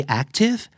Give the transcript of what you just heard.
active